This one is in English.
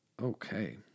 Okay